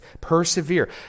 Persevere